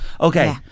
okay